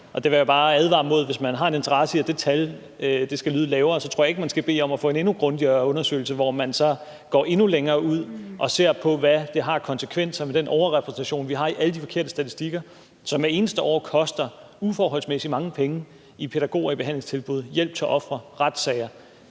det vil jeg bare advare mod. Altså, hvis man har en interesse i, at det tal skal lyde lavere, tror jeg ikke, man skal bede om at få en endnu grundigere undersøgelse, hvor man går endnu længere ud og ser på, hvad det har af konsekvenser med den overrepræsentation, vi har i alle de forkerte statistikker, som hvert eneste år koster uforholdsmæssig mange penge i pædagoger, i behandlingstilbud, hjælp til ofre og retssager